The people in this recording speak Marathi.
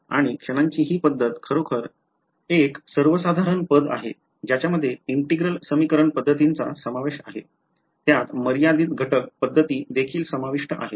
आणि क्षणांची ही पद्धत खरोखर एक सर्वसाधारण पद आहे ज्याच्या मध्ये integral समीकरण पद्धतींचा समावेश आहे त्यात मर्यादित घटक पद्धती देखील समाविष्ट आहेत